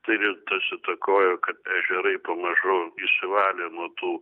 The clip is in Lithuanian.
tai ir tas įtakojo kad ežerai pamažu išsivalė nuo tų